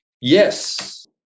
Yes